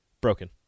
Broken